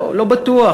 לא בטוח,